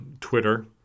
Twitter